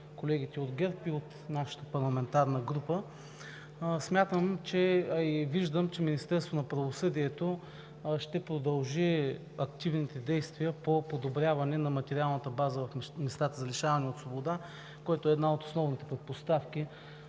колегите от ГЕРБ, и от нашата парламентарна група. Смятам и виждам, че Министерството на правосъдието ще продължи активните действия по подобряване на материалната база в местата за лишаване от свобода, което е една от основните предпоставки